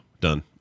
done